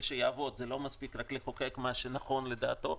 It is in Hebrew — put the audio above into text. שיעבוד זה לא מספיק רק לחוקק מה שנכון לדעתו